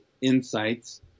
insights